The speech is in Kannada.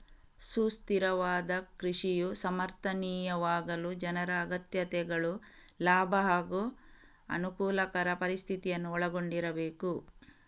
ಸುಸ್ಥಿರವಾದ ಕೃಷಿಯು ಸಮರ್ಥನೀಯವಾಗಲು ಜನರ ಅಗತ್ಯತೆಗಳು ಲಾಭ ಹಾಗೂ ಅನುಕೂಲಕರ ಪರಿಸ್ಥಿತಿಯನ್ನು ಒಳಗೊಂಡಿರಬೇಕು